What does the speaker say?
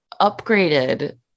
upgraded